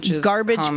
garbage